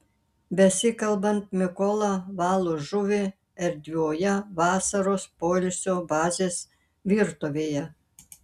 besikalbant mikola valo žuvį erdvioje vasaros poilsio bazės virtuvėje